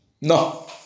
No